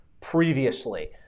previously